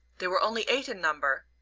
they were only eight in number,